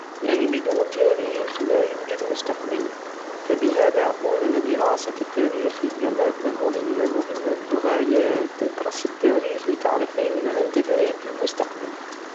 يعني بدون تاريخ لايوجد مستقبل فبهادا نقول ان دراسة التاريخ هي مادة مهمة مهمة للغاية تدرس التاريخ لتعرف اين انت داهب في المستقبل يعني بدون تاريخ لايوجد مستقبل